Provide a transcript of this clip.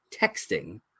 texting